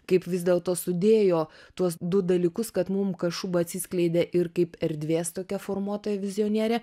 kaip vis dėlto sudėjo tuos du dalykus kad mum kašuba atsiskleidė ir kaip erdvės tokia formuotoja vizionierė